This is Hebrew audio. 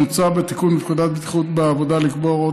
מוצע בתיקון בפקודת בטיחות בעבודה לקבוע הוראות